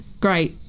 great